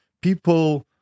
people